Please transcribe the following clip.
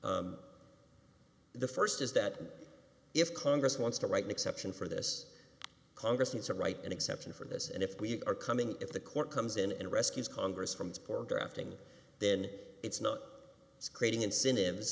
the st is that if congress wants to write an exception for this congress needs to write an exception for this and if we are coming if the court comes in and rescues congress from xp or drafting then it's not creating incentive